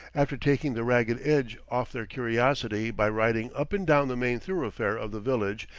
after taking the ragged edge off their curiosity by riding up and down the main thoroughfare of the village,